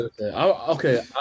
Okay